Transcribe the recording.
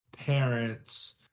parents